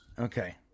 okay